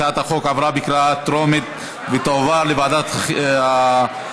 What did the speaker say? הצעת החוק עברה בקריאה טרומית ותועבר לוועדת החוקה,